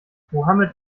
mohammed